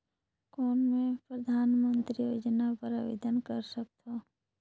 कौन मैं परधानमंतरी योजना बर आवेदन कर सकथव?